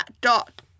dot